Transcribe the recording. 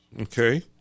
okay